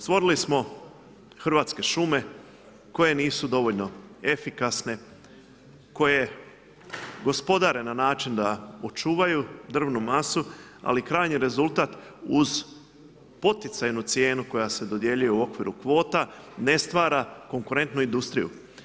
Stvorili smo Hrvatske šume koje nisu dovoljno efikasne, koje gospodare na način da očuvaju drvnu masu, ali krajnji rezultat uz poticajnu cijenu koja se dodjeljuje u okviru kvota ne stvara konkurentnu industriju.